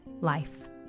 life